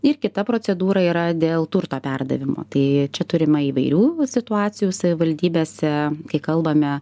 ir kita procedūra yra dėl turto perdavimo tai čia turime įvairių situacijų savivaldybėse kai kalbame